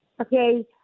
Okay